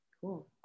cool